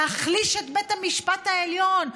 להחליש את בית המשפט העליון.